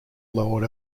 lord